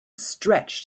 stretch